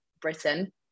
Britain